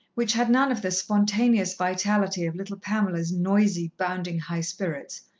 which had none of the spontaneous vitality of little pamela's noisy, bounding high spirits,